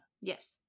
Yes